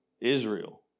Israel